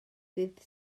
ddydd